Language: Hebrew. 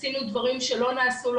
עשינו דברים שלא נעשו עדיין,